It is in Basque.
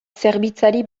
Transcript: zerbitzari